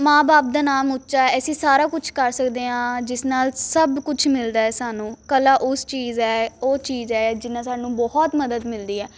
ਮਾਂ ਬਾਪ ਦਾ ਨਾਮ ਉੱਚਾ ਅਸੀਂ ਸਾਰਾ ਕੁਛ ਕਰ ਸਕਦੇ ਹਾਂ ਜਿਸ ਨਾਲ ਸਭ ਕੁਝ ਮਿਲਦਾ ਹੈ ਸਾਨੂੰ ਕਲਾ ਉਸ ਚੀਜ਼ ਹੈ ਉਹ ਚੀਜ਼ ਹੈ ਜਿੰਨਾਂ ਸਾਨੂੰ ਬਹੁਤ ਮਦਦ ਮਿਲਦੀ ਹੈ